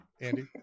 Andy